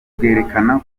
bwerekana